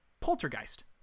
Poltergeist